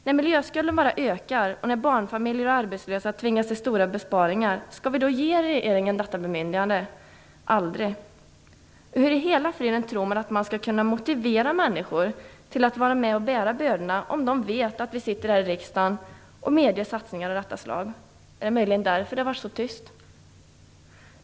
När miljöskulden bara ökar och när barnfamiljer och arbetslösa tvingas till stora besparingar, skall vi då ge regeringen detta bemyndigande? Aldrig. Hur i hela friden tror man att man skall kunna motivera människor att vara med och bära bördorna, om de vet att vi sitter här i riksdagen och medger satsningar av detta slag? Är det möjligen därför det har varit så tyst?